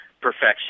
perfection